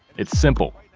it's simple.